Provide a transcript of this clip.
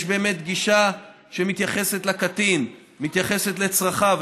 יש באמת גישה שמתייחסת לקטין, מתייחסת לצרכיו.